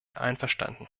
einverstanden